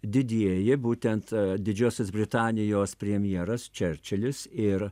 didieji būtent didžiosios britanijos premjeras čerčilis ir